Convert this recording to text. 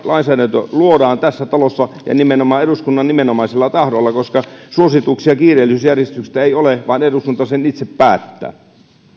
lainsäädäntö luodaan tässä talossa ja nimenomaan eduskunnan nimenomaisella tahdolla koska suosituksia kiireellisyysjärjestyksestä ei ole eduskunta sen itse päättää